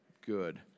good